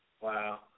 Wow